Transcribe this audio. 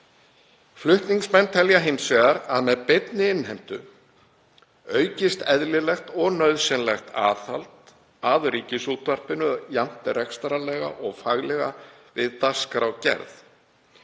Flutningsmenn telja hins vegar að með beinni innheimtu aukist eðlilegt og nauðsynlegt aðhald að Ríkisútvarpinu, jafnt rekstrarlega og faglega við dagskrárgerð.